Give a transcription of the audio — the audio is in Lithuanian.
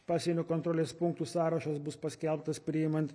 pasienio kontrolės punktų sąrašas bus paskelbtas priimant